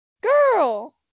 Girl